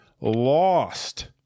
lost